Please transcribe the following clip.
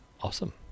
Awesome